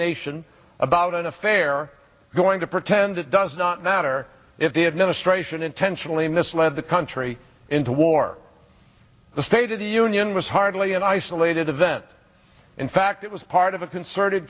nation about an affair going to pretend it does not matter if the administration intentionally misled the country into war the state of the union was hardly an isolated event in fact it was part of a concerted